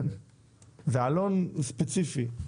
זה עלון ספציפי.